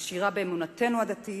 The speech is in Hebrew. עשירה באמונתנו הדתית,